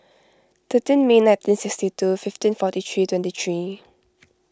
thirteen May nineteen sixty two fifteen forty five twenty three